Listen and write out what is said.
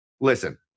listen